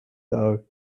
though